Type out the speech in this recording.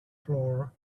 floor